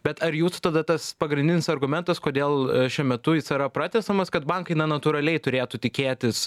bet ar jūsų tada tas pagrindinis argumentas kodėl šiuo metu jis yra pratęsiamas kad bankai na natūraliai turėtų tikėtis